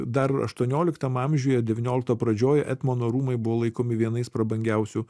dar aštuonioliktam amžiuje devyniolikto pradžioj etmono rūmai buvo laikomi vienais prabangiausių